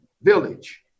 village